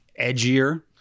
edgier